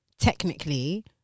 technically